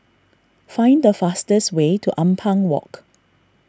find the fastest way to Ampang Walk